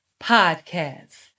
podcast